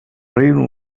reino